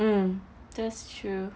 mm that's true